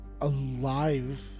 alive